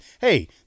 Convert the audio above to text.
hey